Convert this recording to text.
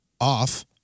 Off